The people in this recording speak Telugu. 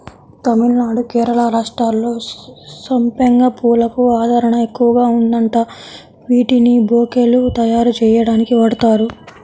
తమిళనాడు, కేరళ రాష్ట్రాల్లో సంపెంగ పూలకు ఆదరణ ఎక్కువగా ఉందంట, వీటిని బొకేలు తయ్యారుజెయ్యడానికి వాడతారు